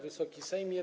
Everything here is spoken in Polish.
Wysoki Sejmie!